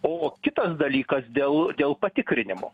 o kitas dalykas dėl dėl patikrinimo